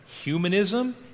humanism